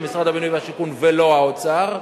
של משרד הבינוי והשיכון ולא האוצר,